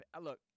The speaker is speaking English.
look